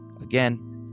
Again